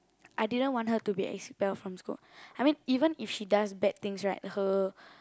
I didn't want her to be expelled from school even if she does bad things right her